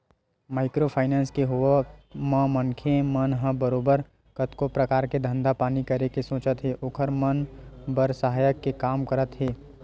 micro finance के होवत म मनखे मन ह बरोबर कतको परकार के धंधा पानी करे के सोचत हे ओखर मन बर सहायक के काम करत हे